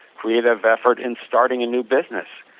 creative effort in starting a new business,